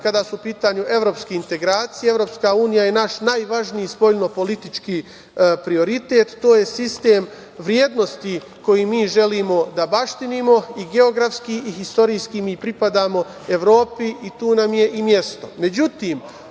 kada su u pitanju evropske integracije. Evropska unija je naš najvažniji spoljnopolitički prioritet. To je sistem vrednosti koji mi želimo da baštinimo. I geografski i istorijski mi pripadamo Evropi i tu nam je i